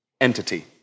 entity